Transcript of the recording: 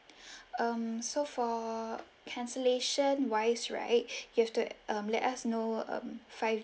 um so for cancellation wise right you have to um let us know um five